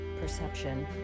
perception